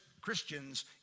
Christians